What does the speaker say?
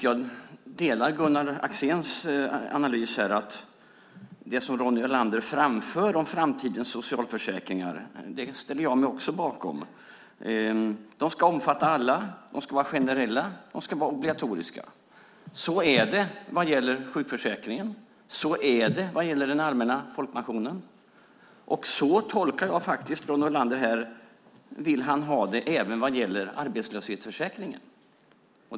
Jag delar Gunnar Axéns analys här om det som Ronny Olander framför om framtidens socialförsäkringar, och jag ställer mig också bakom det. De ska omfatta alla, de ska vara generella och de ska vara obligatoriska. Så är det vad gäller sjukförsäkringen. Så är det vad gäller den allmänna folkpensionen, och så tolkar jag faktiskt att Ronny Olander även vill ha det vad gäller arbetslöshetsförsäkringen.